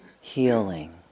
healing